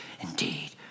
indeed